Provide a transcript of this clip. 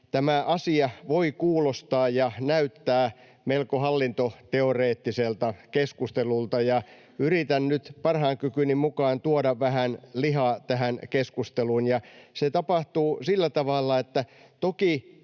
tämä asia voi kuulostaa ja näyttää melko hallintoteoreettiselta keskustelulta, mutta yritän nyt parhaan kykyni mukaan tuoda vähän lihaa tähän keskusteluun. Se tapahtuu sillä tavalla, että toki